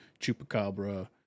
Chupacabra